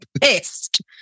Pissed